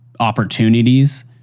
opportunities